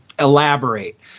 elaborate